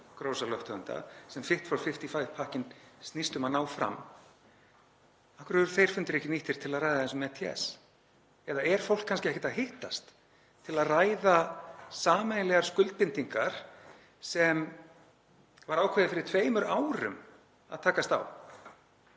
sem „Fit for 55“-pakkinn snýst um að ná fram. Af hverju eru þeir fundir ekki nýttir til að ræða aðeins um ETS? Eða er fólk kannski ekkert að hittast til að ræða sameiginlegar skuldbindingar sem var ákveðið fyrir tveimur árum að takast á?